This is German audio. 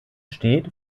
steht